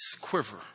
quiver